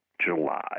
July